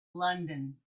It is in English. london